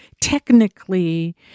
technically